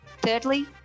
Thirdly